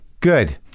Good